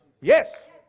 Yes